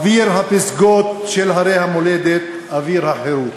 אוויר הפסגות של הרי המולדת, אוויר החירות,